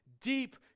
deep